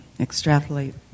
extrapolate